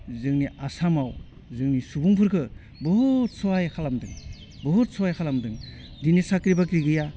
जोंनि आसामाव जोंनि सुबुंफोरखौ बुहुत सहाय खालामदों बुहुत सहाय खालामदों दिनै साख्रि बाख्रि गैया